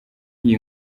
iyi